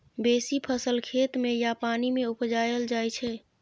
बेसी फसल खेत मे या पानि मे उपजाएल जाइ छै